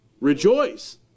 rejoice